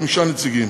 חמישה נציגים,